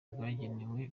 bwagenewe